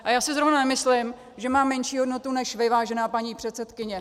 A já si zrovna nemyslím, že mám menší hodnotu než vy, vážená paní předsedkyně.